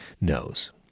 knows